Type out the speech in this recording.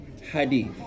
hadith